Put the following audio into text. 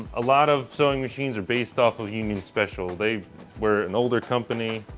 a lot of sewing machines are based off of union special. they were an older company,